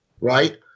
right